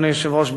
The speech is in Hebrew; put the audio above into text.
אדוני היושב-ראש,